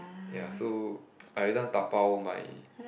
ya so I everytime dabao my